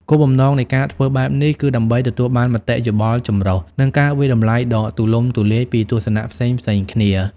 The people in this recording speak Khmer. គោលបំណងនៃការធ្វើបែបនេះគឺដើម្បីទទួលបានមតិយោបល់ចម្រុះ និងការវាយតម្លៃដ៏ទូលំទូលាយពីទស្សនៈផ្សេងៗគ្នា។